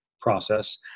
process